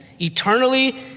Eternally